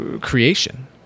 creation